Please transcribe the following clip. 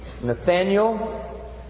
Nathaniel